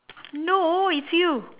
no it's you